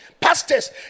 Pastors